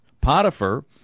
Potiphar